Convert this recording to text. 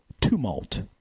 tumult